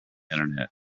internet